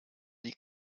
die